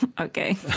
Okay